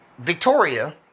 Victoria